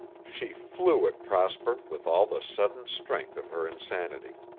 she flew at prosper with all the sudden strength of her insanity.